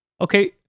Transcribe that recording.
Okay